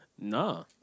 Nah